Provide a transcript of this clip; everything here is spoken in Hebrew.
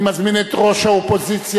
אני מזמין את ראש האופוזיציה,